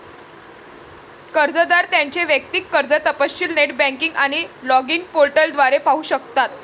कर्जदार त्यांचे वैयक्तिक कर्ज तपशील नेट बँकिंग आणि लॉगिन पोर्टल द्वारे पाहू शकतात